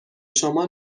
شما